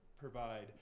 provide